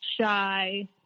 shy